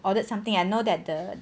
ordered something I know that the